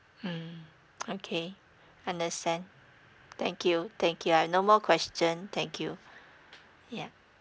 mmhmm okay understand thank you thank you and no more question thank you yup